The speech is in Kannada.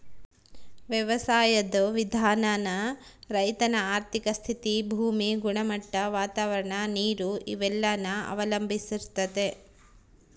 ವ್ಯವಸಾಯುದ್ ವಿಧಾನಾನ ರೈತನ ಆರ್ಥಿಕ ಸ್ಥಿತಿ, ಭೂಮಿ ಗುಣಮಟ್ಟ, ವಾತಾವರಣ, ನೀರು ಇವೆಲ್ಲನ ಅವಲಂಬಿಸ್ತತೆ